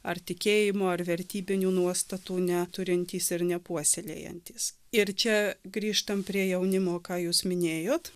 ar tikėjimo ar vertybinių nuostatų neturintys ir nepuoselėjantys ir čia grįžtam prie jaunimo ką jūs minėjot